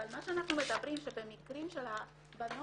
אבל מה שאנחנו מדברים במקרים של הבנות